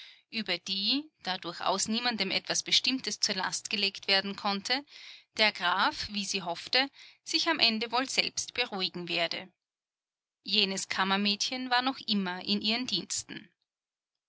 über die da durchaus niemandem etwas bestimmtes zur last gelegt werden konnte der graf wie sie hoffte sich am ende wohl selbst beruhigen werde jenes kammermädchen war noch immer in ihren diensten